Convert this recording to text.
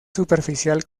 superficial